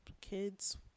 kids